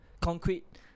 concrete